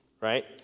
right